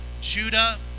Judah